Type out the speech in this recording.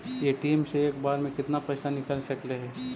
ATM से एक बार मे केतना पैसा निकल सकले हे?